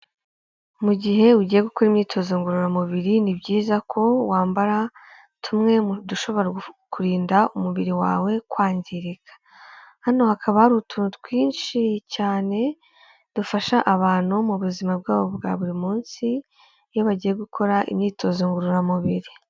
Mu gihe ugiye gukora imyitozo ngororamubiri, ni byiza ko wambara tumwe mu dushobora kurinda umubiri wawe kwangirika, hano hakaba hari utuntu twinshi cyane, dufasha abantu mu buzima bwabo bwa buri munsi iyo bagiye gukora imyitozo ngororamubiri.